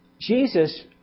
Jesus